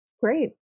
Great